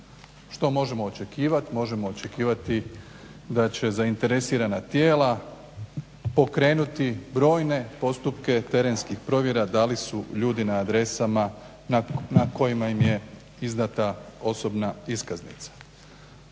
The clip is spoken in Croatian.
Što možemo očekivat, možemo očekivati da će zainteresirana tijela pokrenuti brojne postupke terenskih provjera da li su ljudi na adresama na kojima im je izdata osobna iskaznica.